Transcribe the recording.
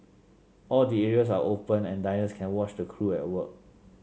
all the areas are open and diners can watch the crew at work